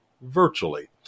Virtually